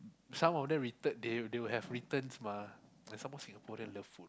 some of them return they they will have returns mah and some more Singaporean love food